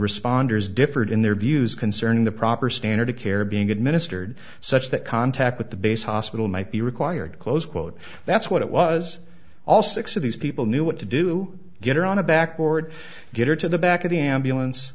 responders differed in their views concerning the proper standard of care being administered such that contact with the base hospital might be required close quote that's what it was all six of these people knew what to do get her on a back board get her to the back of the ambulance